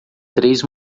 três